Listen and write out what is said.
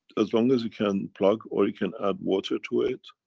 as long as you can plug or you can add water to it,